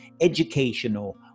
educational